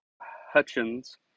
Hutchins